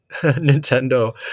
Nintendo